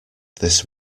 this